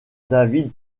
david